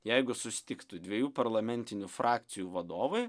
jeigu susitiktų dviejų parlamentinių frakcijų vadovai